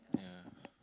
yeah